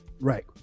right